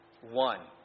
One